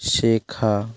শেখা